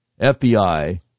FBI